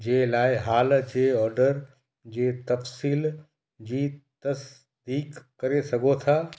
जे लाइ हाल जे ऑडर जी तफ़सील जी तसदीक करे सघो था